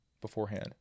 beforehand